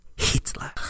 Hitler